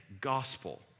gospel